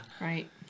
right